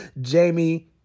Jamie